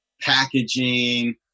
packaging